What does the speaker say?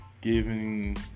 giving